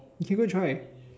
you can go try